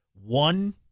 one